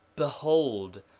behold,